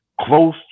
close